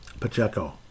Pacheco